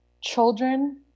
children